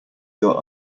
your